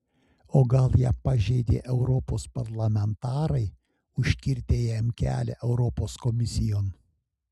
o gal ją pažeidė europos parlamentarai užkirtę jam kelią europos komisijon